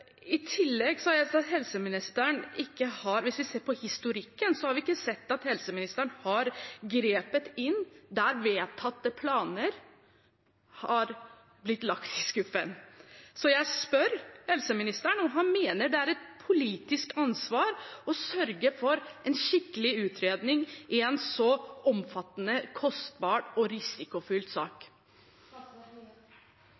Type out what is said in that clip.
Hvis vi ser på historikken, har vi ikke sett at helseministeren har grepet inn der vedtatte planer har blitt lagt i skuffen. Så jeg vil spørre helseministeren om han mener det er et politisk ansvar å sørge for en skikkelig utredning i en så omfattende, kostbar og